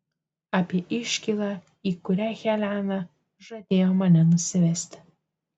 apie iškylą į kurią helena žadėjo mane nusivesti